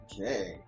Okay